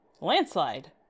Landslide